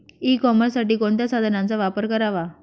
E कॉमर्ससाठी कोणत्या साधनांचा वापर करावा?